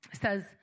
says